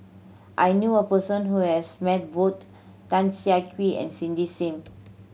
I knew a person who has met both Tan Siah Kwee and Cindy Sim